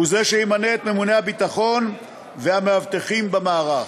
והוא שימנה את ממונה הביטחון והמאבטחים במערך.